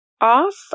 off